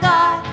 God